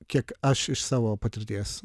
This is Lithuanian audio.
kiek aš iš savo patirties